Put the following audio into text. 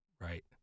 Right